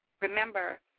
remember